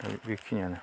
दा बेखिनिआनो